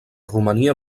romania